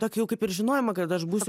tokį jau kaip ir žinojimą kad aš būsiu